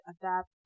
adapt